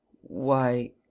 Why